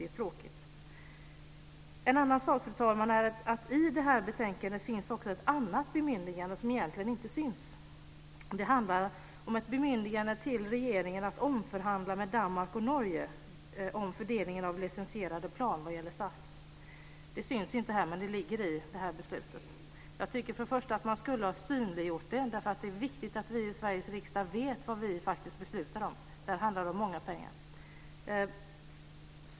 Det är tråkigt. En annan sak, fru talman, är att det i det här betänkandet också finns ett annat bemyndigande, som egentligen inte syns. Det handlar om ett bemyndigande till regeringen att omförhandla med Danmark och Norge om fördelningen av licensierade plan vad gäller SAS. Det syns inte, men det ligger i det här beslutet. Jag tycker att man skulle ha synliggjort det, därför att det är viktigt att vi i Sveriges riksdag vet vad vi beslutar om. Det handlar om mycket pengar.